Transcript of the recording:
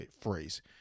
phrase